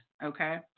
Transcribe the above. Okay